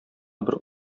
бер